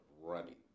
running